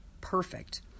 perfect